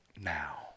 now